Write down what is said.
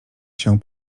się